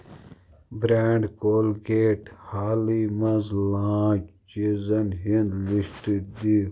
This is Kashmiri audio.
برانڈ کولگیٹ حالٕے مَنٛز لانچ چیٖزن ہُنٛد لسٹ دِ؟